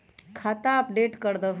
खाता अपडेट करदहु?